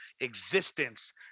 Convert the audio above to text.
existence